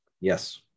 Yes